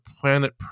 planet